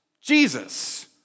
Jesus